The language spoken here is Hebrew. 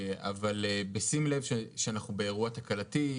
אבל בשים לב שאנחנו באירוע מסוג זה,